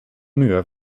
muur